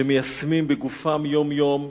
שמיישמים בגופם יום-יום,